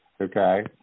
okay